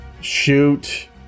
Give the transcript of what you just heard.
shoot